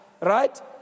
right